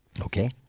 Okay